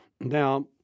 Now